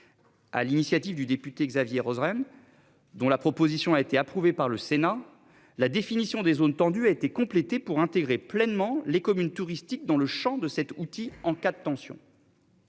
À l'initiative du député, Xavier Roseren. Dont la proposition a été approuvée par le Sénat, la définition des zones tendues, a été complété pour intégrer pleinement les communes touristiques dans le Champ de cet outil en cas de tension.